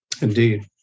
Indeed